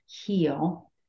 heal